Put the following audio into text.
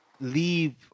leave